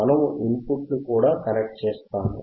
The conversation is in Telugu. మనము ఇన్ పుట్ ని కూడా కనెక్ట్ చేస్తాము